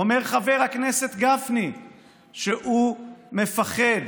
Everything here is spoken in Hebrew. אומר חבר הכנסת גפני שהוא מפחד